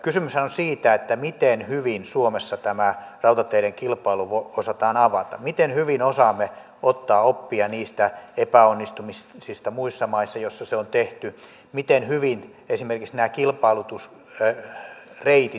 kysymyshän on siitä miten hyvin suomessa tämä rautateiden kilpailu osataan avata miten hyvin osaamme ottaa oppia epäonnistumisista niissä muissa maissa joissa tämä on tehty miten hyvin esimerkiksi nämä kilpailutusreitit paketoidaan